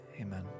amen